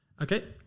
Okay